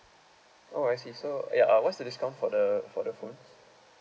oh I see so uh ya what's the discount for the for the phone